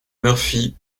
murphy